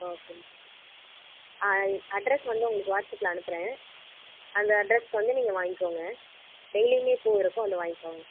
okay ma'am ஆ address வந்து உங்களுக்கு வாட்ஸ்அப்பில் அனுப்புகிறேன் அந்த அட்ரெஸுக்கு வந்து நீங்கள் வாங்கிக்கோங்க டெயிலியுமே பூ இருக்கும் வந்து வாங்கிக்கோங்க